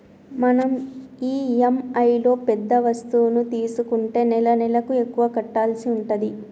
మనం ఇఎమ్ఐలో పెద్ద వస్తువు తీసుకుంటే నెలనెలకు ఎక్కువ కట్టాల్సి ఉంటది